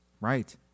Right